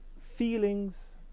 feelings